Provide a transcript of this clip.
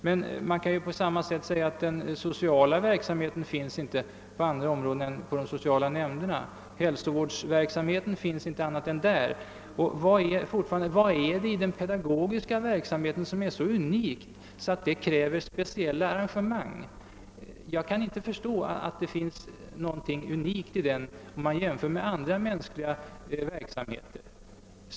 Men på samma sätt kan man säga att den sociala verksamheten inte finns på andra områden än i de sociala nämnderna och att hälsovårdsverksamheten inte finns på något annat ställe än hos hälsovårdsnämnden. Vad är det i den pedagogiska verksamheten som är så unikt att det kräver speciella arrangemang? Jag kan inte förstå, att det finns något unikt i denna verksamhet, om man jämför med andra mänskliga verksamheter.